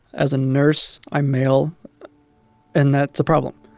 as a nurse, i'm male and that's a problem.